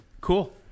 cool